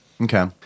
Okay